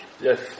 Yes